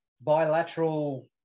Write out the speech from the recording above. bilateral